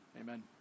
Amen